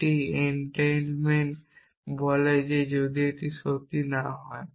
একটি এনটেইলমেন্ট বলে যে যদি এটি সত্য হয়